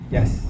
Yes